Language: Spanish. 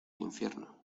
infierno